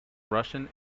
russian